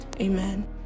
Amen